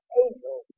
angel